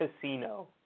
casino